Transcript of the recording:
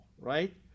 right